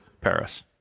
paris